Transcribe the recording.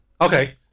Okay